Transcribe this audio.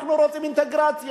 אנחנו רוצים אינטגרציה?